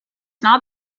not